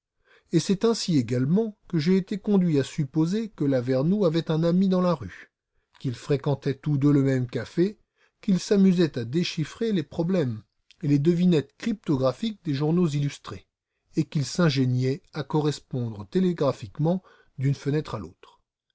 et c'est ainsi également que j'ai été conduit à supposer que lavernoux avait un ami dans la rue qu'ils fréquentaient tous deux le même café qu'ils s'amusaient à déchiffrer les problèmes et les devinettes cryptographiques des journaux illustrés et qu'ils s'ingéniaient à correspondre télégraphiquement d'une fenêtre à l'autre